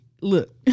look